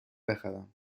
بخرم